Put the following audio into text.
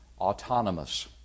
autonomous